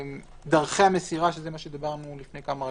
דרכי המסירה, שזה מה שדיברנו לפני כמה רגעים,